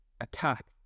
attack